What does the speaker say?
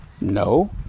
no